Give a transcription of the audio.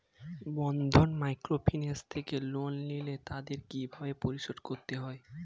বন্ধন microfinance থেকে loan নিলে তাদের কিভাবে পরিশোধ করতে হয়?